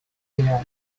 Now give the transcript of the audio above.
media